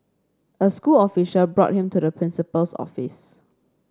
a school official brought him to the principal's office